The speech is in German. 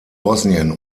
bosnien